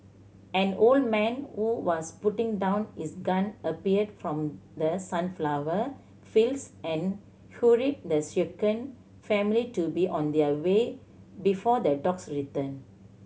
an old man who was putting down his gun appeared from the sunflower fields and the shaken family to be on their way before the dogs return